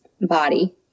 body